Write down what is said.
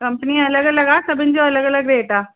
company अलॻि अलॻि आहे सभिनी जी सभिनि जो अलॻि अलॻि रेट आहे